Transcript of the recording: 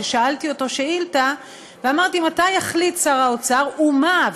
אבל שאלתי אותו שאילתה ואמרתי: מתי יחליט שר האוצר ומה,